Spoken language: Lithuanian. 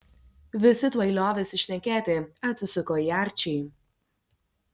visi tuoj liovėsi šnekėti atsisuko į arčį